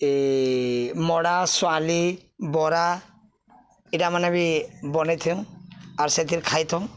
ଇ ମଡ଼ା ଶୁଆଁଲି ବରା ଇଟା ମାନେ ବି ବନେଇଥଉଁ ଆର୍ ସେଥିରେ ଖାଇଥାଉଁ